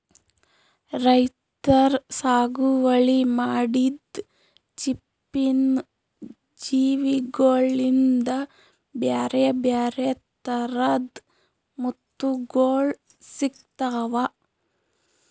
ರೈತರ್ ಸಾಗುವಳಿ ಮಾಡಿದ್ದ್ ಚಿಪ್ಪಿನ್ ಜೀವಿಗೋಳಿಂದ ಬ್ಯಾರೆ ಬ್ಯಾರೆ ಥರದ್ ಮುತ್ತುಗೋಳ್ ಸಿಕ್ತಾವ